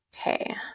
okay